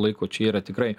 laiko čia yra tikrai